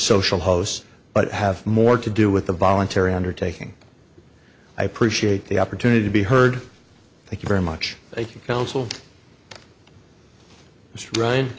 social hosts but have more to do with the voluntary undertaking i appreciate the opportunity to be heard thank you very much i think counsel